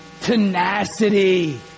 Tenacity